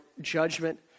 judgment